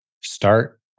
Start